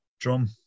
Drum